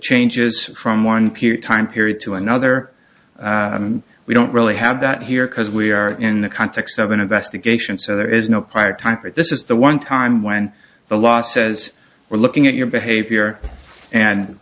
changes from one pew time period to another and we don't really have that here because we are in the context of an investigation so there is no prior time for it this is the one time when the law says we're looking at your behavior and